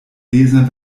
lesern